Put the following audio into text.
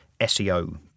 SEO